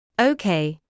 Okay